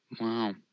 wow